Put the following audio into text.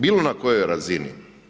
Bilo na kojoj razini.